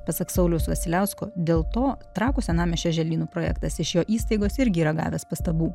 pasak sauliaus vasiliausko dėl to trakų senamiesčio želdynų projektas iš jo įstaigos irgi yra gavęs pastabų